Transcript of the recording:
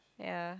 ya